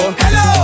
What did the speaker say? hello